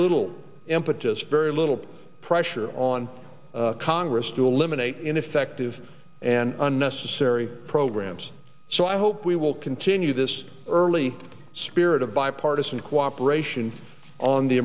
little impetus very little pressure on congress to eliminate ineffective and unnecessary programs so i hope we will continue this early spirit of bipartisan cooperation on the